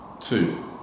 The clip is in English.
Two